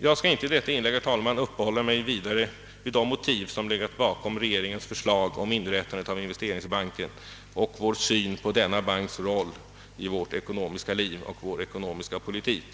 Jag skall inte i detta inlägg, herr talman, uppehålla mig vidare vid de motiv som legat bakom regeringens förslag om inrättandet av investeringsbanken och vår syn på denna banks roll i vårt ekonomiska liv och vår ekonomiska politik.